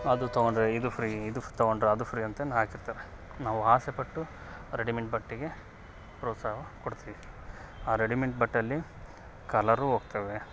ಅದು ತಗೊಂಡ್ರೆ ಇದು ಫ್ರೀ ಇದು ತಗೊಂಡ್ರೆ ಅದು ಫ್ರೀ ಅಂತ ಹಾಕಿರ್ತಾರೆ ನಾವು ಆಸೆ ಪಟ್ಟು ರೆಡಿಮೆಂಟ್ ಬಟ್ಟೆಗೆ ಪ್ರೋತ್ಸಾಹ ಕೊಡ್ತೀವಿ ಆ ರೆಡಿಮೆಂಟ್ ಬಟ್ಟೆಲಿ ಕಲರು ಹೋಗ್ತವೆ